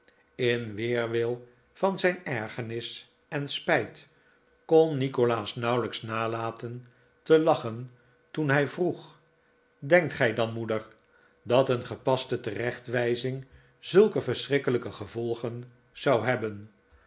in weerwil van zijn ergernis en spijt kon nikolaas nauwelijks nalaten te lachen toen hij vroeg denkt gij dan moeder dat een gepaste terechtwijzing zulke verschrikkelijke gevolgen zou hebben